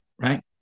right